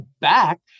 back